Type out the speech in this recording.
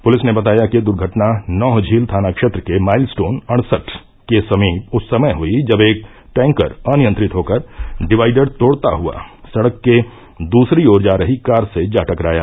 police ने बताया कि दुर्घटना नौहझील थाना क्षेत्र के माइलस्टोन अड़सठ के समीप उस समय हुई जब एक टैंकर अनियंत्रित होकर डिवाइडर तोड़ता हुआ सड़क के दूसरी ओर जा रही कार से जा टकराया